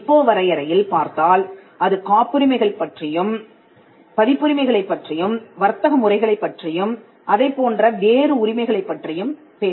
விபோ வரையறையில் பார்த்தால் அது காப்புரிமைகள் பற்றியும் பதிப்புரிமைகளைப் பற்றியும் வர்த்தக முறைகளைப் பற்றியும் அதைப் போன்ற வேறு உரிமைகளைப் பற்றியும் பேசுகிறது